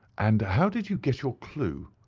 and how did you get your clue?